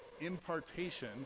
Impartation